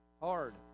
Hard